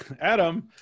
Adam